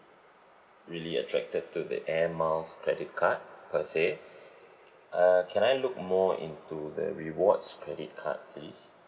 really attracted to the air miles credit card per se uh can I look more into the rewards credit card please